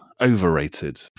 overrated